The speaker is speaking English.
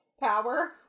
power